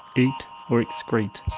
eat or excrete.